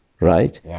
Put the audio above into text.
right